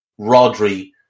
Rodri